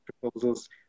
proposals